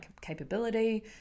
capability